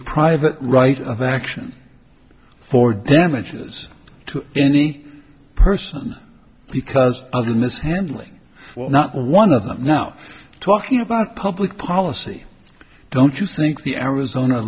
private right of action for damages to any person because of the mishandling well not one of them now talking about public policy don't you think the arizona